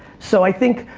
so, i think,